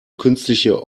künstliche